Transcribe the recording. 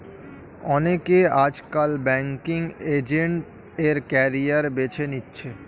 অনেকে আজকাল banking agent এর ক্যারিয়ার বেছে নিচ্ছে